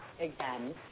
again